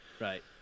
Right